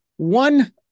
one